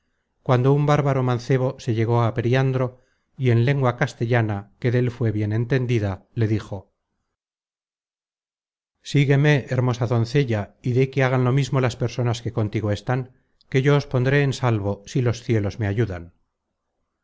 cuando un bárbaro mancebo se llegó á periandro y en lengua castellana que dél fué bien entendida le dijo sígueme hermosa doncella y di que hagan lo mismo las personas que contigo están que yo os pondré en salvo si los cielos me ayudan